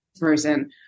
person